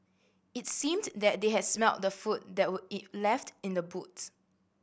it seemed that they had smelt the food that were left in the boot